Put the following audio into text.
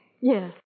Yes